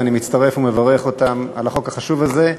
ואני מצטרף ומברך אותם על החוק החשוב הזה.